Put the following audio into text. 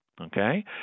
okay